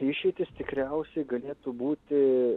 išeitys tikriausiai galėtų būti